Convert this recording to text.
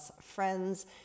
friends